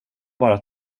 bara